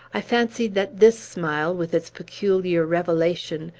i fancied that this smile, with its peculiar revelation,